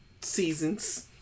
seasons